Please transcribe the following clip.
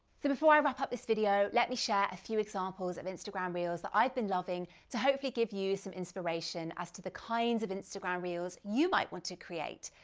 before i wrap up this video, let me share a few examples of instagram reels that i've been loving to hopefully give you some inspiration as to the kinds of instagram reels you might want to create.